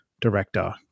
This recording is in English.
director